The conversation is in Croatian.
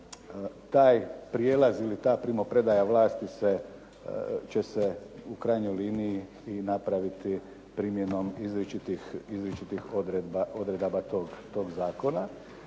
taj prijelaz ili ta primopredaja vlasti će se u krajnjoj liniji i napraviti primjenom izričitih odredaba tog zakona.